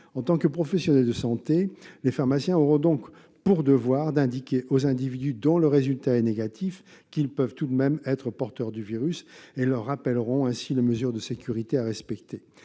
En tant que professionnels de santé, les pharmaciens auront donc pour devoir d'indiquer aux individus dont le résultat est négatif qu'ils peuvent tout de même être porteurs du virus. Ils leur rappelleront ainsi les mesures de sécurité à respecter.